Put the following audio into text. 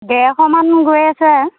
ডেৰশমান গৈ আছে